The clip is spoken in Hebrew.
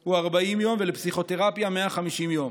הוא 40 יום, ולפסיכותרפיה, 150 יום.